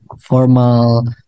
formal